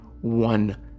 one